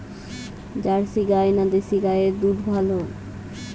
Jersey গাই না দেশী গাইয়ের দুধ ভালো?